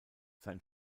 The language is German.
sein